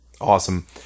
awesome